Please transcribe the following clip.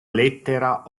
lettera